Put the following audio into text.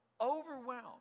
overwhelmed